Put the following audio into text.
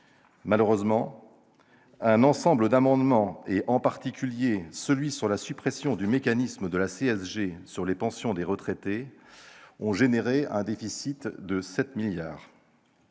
Malheureusement, un ensemble d'amendements, en particulier l'amendement relatif à la suppression du mécanisme de la CSG sur les pensions de retraite, ont généré un déficit de 7 milliards